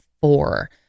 four